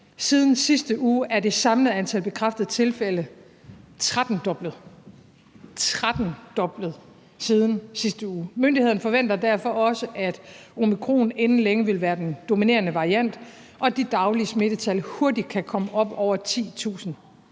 Siden sidste uge er det samlede antal bekræftede tilfælde trettendoblet – trettendoblet siden sidste uge. Myndighederne forventer derfor også, at omikron inden længe vil være den dominerende variant, og at de daglige smittetal hurtigt kan komme op over 10.000,